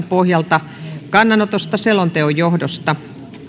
pohjalta kannanotosta selonteon johdosta